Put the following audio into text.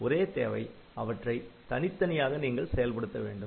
ஒரே தேவை அவற்றை தனித்தனியாக நீங்கள் செயல்படுத்த வேண்டும்